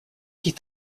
die